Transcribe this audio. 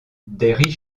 des